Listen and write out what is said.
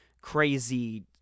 crazy